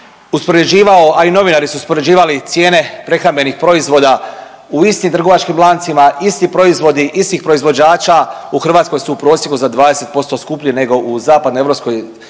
uspoređivao, a i novinari su uspoređivali cijene prehrambenih proizvoda u istim trgovačkim lancima isti proizvodi istih proizvođača u Hrvatskoj su u prosjeku za 20% skuplji nego u zapadnoeuropskim